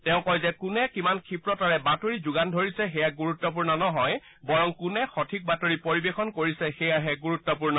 তেওঁ কয় যে কোনে কিমান ক্ষিপ্ৰতাৰে বাতৰি যোগান ধৰিছে সেয়া গুৰুত্বপূৰ্ণ নহয় বৰং কোনে সঠিক বাতৰি পৰিবেশন কৰিছেসেয়াহে গুৰুত্বপূৰ্ণ